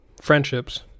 friendships